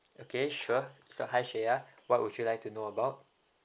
okay sure so hi shaye what would you like to know about